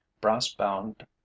brass-bound